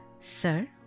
Sir